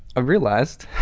ah realized